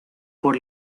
por